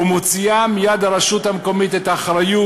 ומוציאה מיד הרשות המקומית את האחריות,